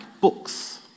books